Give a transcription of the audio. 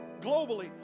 globally